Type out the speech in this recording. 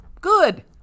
Good